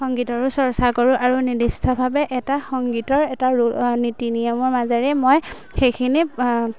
সংগীতৰো চৰ্চা কৰোঁ আৰু নিৰ্দিষ্টভাৱে এটা সংগীতৰ এটা ৰু নীতি নিয়মৰ মাজেৰে মই সেইখিনি